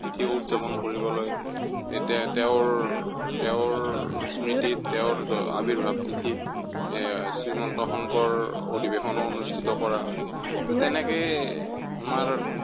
তিথি উদযাপন কৰিবলৈ এতিয়া তেওঁৰ তেওঁৰ স্মৃতিত তেওঁৰ জ আবিৰ্ভাৱ তিথিত শ্ৰীমন্ত শংকৰ অধিৱেশনো অনুষ্ঠিত কৰা হয় তো তেনেকেই আমাৰ